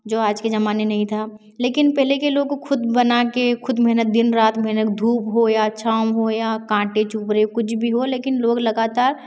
जो आज के जमाने नहीं था लेकिन पहले के लोग खुद बना कर खुद मेहनत दिन रात मेहनत धूप हो या छाँव हो या कांटे चुभ रहे हो कुछ भी हो लेकिन लोग लगातार